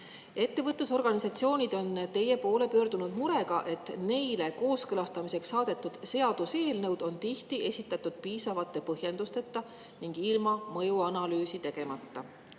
Ettevõtlusorganisatsioonid on teie poole pöördunud murega, et neile kooskõlastamiseks saadetud seaduseelnõud on tihti esitatud piisavate põhjendusteta ning ilma mõjuanalüüsi tegemata.